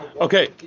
Okay